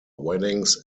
weddings